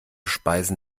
speisen